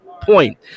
point